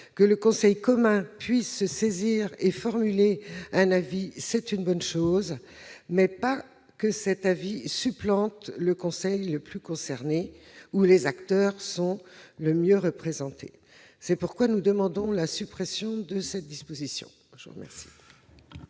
Que le Conseil commun puisse se saisir et formuler un avis est une bonne chose ! Mais que cet avis supplante celui du conseil le plus concerné, où les acteurs sont le mieux représentés, n'en est pas une ! C'est pourquoi nous demandons la suppression de cette disposition.